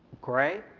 grey?